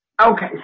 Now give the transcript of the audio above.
Okay